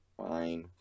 fine